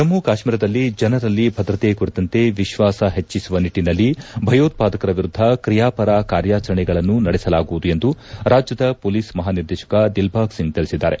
ಜಮ್ಮ ಕಾಶ್ಮೀರದಲ್ಲಿ ಜನರಲ್ಲಿ ಭದ್ರತೆ ಕುರಿತಂತೆ ವಿಶ್ವಾಸ ಹೆಚ್ಚಿಸುವ ನಿಟ್ಟಿನಲ್ಲಿ ಭಯೋತ್ಪಾದಕರ ವಿರುದ್ದ ಕ್ರಿಯಾಪರ ಕಾರ್ಯಾಚರಣೆಗಳನ್ನು ನಡೆಸಲಾಗುವುದು ಎಂದು ರಾಜ್ಯದ ಮೊಲೀಸ್ ಮಹಾನಿರ್ದೇಶಕ ದಿಲ್ಬಾಗ್ ಸಿಂಗ್ ತಿಳಿಸಿದ್ದಾರೆ